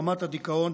רמת הדיכאון.